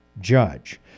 judge